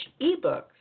ebooks